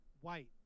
White